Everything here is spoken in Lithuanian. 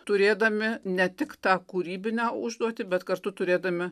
turėdami ne tik tą kūrybinę užduotį bet kartu turėdami